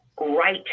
right